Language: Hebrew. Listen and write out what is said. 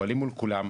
פועלים מול כולם.